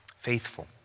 Faithful